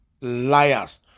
Liars